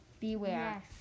beware